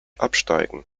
absteigen